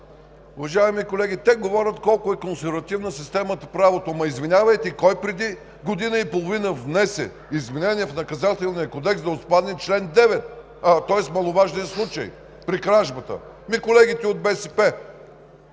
уважаеми колеги, те говорят колко е консервативна системата, правото. Извинявайте, кой преди година и половина внесе изменения в Наказателния кодекс – да отпадне чл. 9, тоест маловажният случай при кражбата? Колегите от БСП.